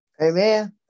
Amen